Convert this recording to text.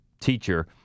teacher